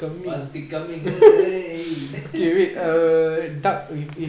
வாத்தி:vathi coming